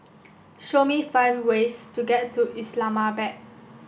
show me five ways to get to Islamabad